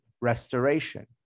restoration